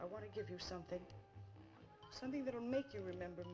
i want to give her something something that will make you remember